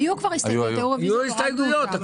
היו הסתייגויות.